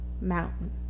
mountain